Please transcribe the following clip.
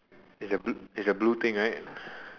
in the blue is the blue thing right